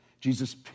Jesus